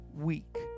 week